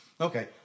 Okay